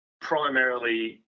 primarily